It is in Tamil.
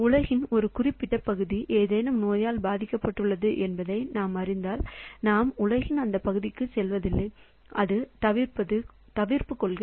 உலகின் ஒரு குறிப்பிட்ட பகுதி ஏதேனும் நோயால் பாதிக்கப்பட்டுள்ளது என்பதை நாம் அறிந்தால் நாம் உலகின் அந்த பகுதிக்குச் செல்வதில்லை அது தவிர்ப்பு கொள்கை